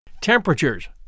Temperatures